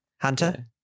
Hunter